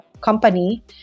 company